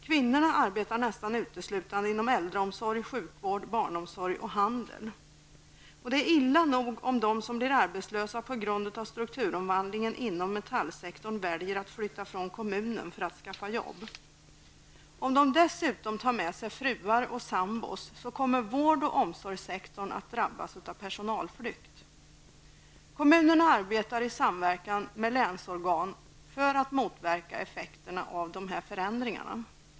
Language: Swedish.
Kvinnorna arbetar nästan uteslutande inom äldreomsorg, sjukvård, barnomsorg och handel. Det är illa nog om de som blir arbetslösa på grund av strukturomvandlingen inom metallsektorn väljer att flytta från kommunen för att skaffa nya jobb. Om de dessutom tar med sig fruar och sambor kommer vård och omsorgssektorn att drabbas av personalflykt. Kommunerna arbetar i samverkan med länsorganen för att motverka effekterna av dessa förändringar.